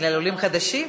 בגלל עולים חדשים?